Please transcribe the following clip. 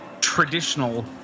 traditional